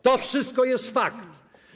To wszystko jest fakt.